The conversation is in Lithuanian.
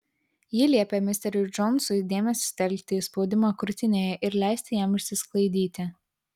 ji liepė misteriui džonsui dėmesį sutelkti į spaudimą krūtinėje ir leisti jam išsisklaidyti